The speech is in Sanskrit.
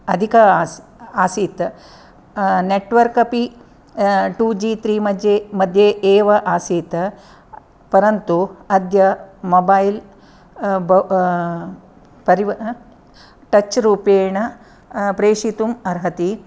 अधिक अस् आसीत् नेट्वर्क् अपि टू जि त्रि मज्ये मध्ये एव आसीत् परन्तु अद्य मोबैल् बहु परिव टच् रूपेण प्रेषितुम् अर्हति